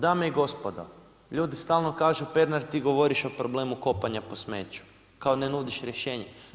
Dame i gospodo, ljudi stalno kažu Pernar ti govoriš o problemu kopanja po smeću, kao ne nudiš rješenje.